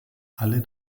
alle